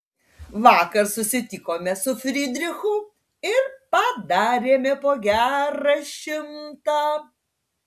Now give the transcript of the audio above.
vakar susitikome su fridrichu ir padarėme po gerą šimtą